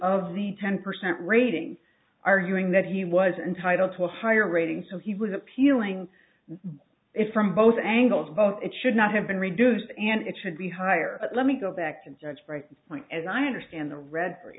of the ten percent rating arguing that he was entitled to a higher rating so he was appealing if from both angles both it should not have been reduced and it should be higher let me go back to judge break point and i understand the read for